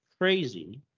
crazy